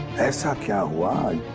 that's ah kind of why,